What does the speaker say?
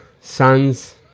son's